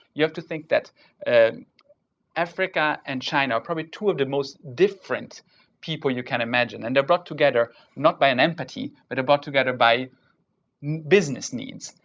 you have to think that and africa and china are probably two of the most different people you can imagine. and they're brought together not by an empathy but are brought together by business needs.